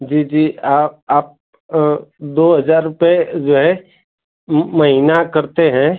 जी जी आप आप दो हज़ार रुपये जो है महीना करते हैं